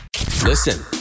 Listen